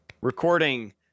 recording